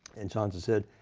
and johnson said,